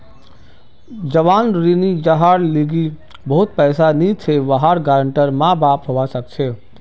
जवान ऋणी जहार लीगी बहुत पैसा नी छे वहार गारंटर माँ बाप हवा सक छे